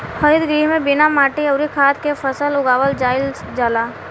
हरित गृह में बिना माटी अउरी खाद के फसल उगावल जाईल जाला